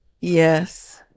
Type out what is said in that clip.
Yes